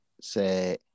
say